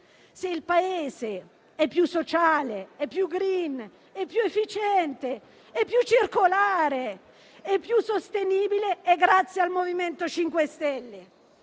Se il Paese è più sociale, è più *green*, è più efficiente, è più circolare, è più sostenibile è grazie al MoVimento 5 Stelle.